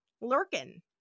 lurking